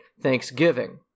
Thanksgiving